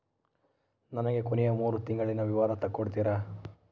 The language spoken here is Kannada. ನನಗ ಕೊನೆಯ ಮೂರು ತಿಂಗಳಿನ ವಿವರ ತಕ್ಕೊಡ್ತೇರಾ?